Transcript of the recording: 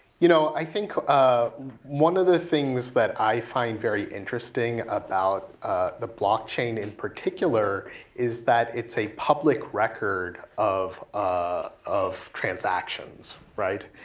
you know i think um one of the things that i find very interesting about the blockchain in particular is that it's a public record of ah of transactions, right?